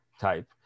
type